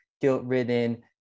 guilt-ridden